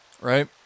right